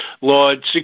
Lord